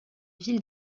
ville